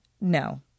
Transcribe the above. No